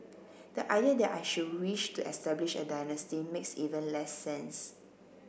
the idea that I should wish to establish a dynasty makes even less sense